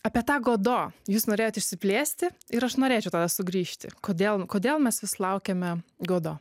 apie tą godo jūs norėjot išsiplėsti ir aš norėčiau sugrįžti kodėl kodėl mes vis laukiame godo